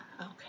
okay